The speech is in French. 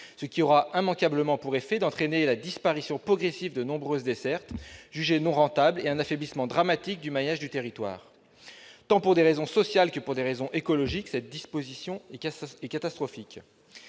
ce qui aura immanquablement pour effet d'entraîner la disparition progressive de nombreuses dessertes jugées non rentables et un affaiblissement dramatique du maillage du territoire. Pour des raisons tant sociales qu'écologiques, l'adoption d'une telle disposition serait catastrophique.